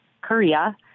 Korea